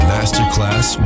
Masterclass